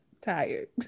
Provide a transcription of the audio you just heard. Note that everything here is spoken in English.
Tired